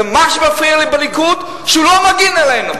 ומה שמפריע לי בליכוד, שהוא לא מגן עלינו.